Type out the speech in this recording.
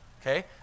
Okay